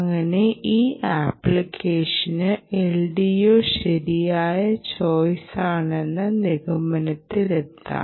അങ്ങനെ ഈ ആപ്ലിക്കേഷന് LDO ശരിയായ ചോയിസാണെന്ന നിഗമനത്തിലെത്താം